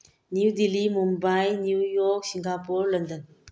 new Delhi Mumbai New York Singapore London